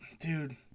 dude